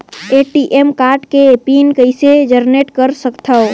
ATM card के pin कइसे generate कर सकथव?